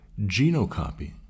genocopy